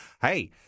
Hey